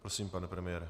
Prosím, pane premiére.